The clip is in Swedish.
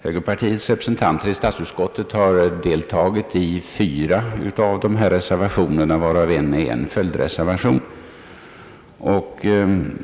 Högerpartiets representanter i statsutskottet har deltagit i fyra av dessa reservationer, varav en är en följdreservation.